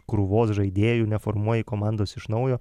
krūvos žaidėjų neformuoji komandos iš naujo